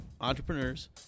entrepreneurs